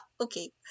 okay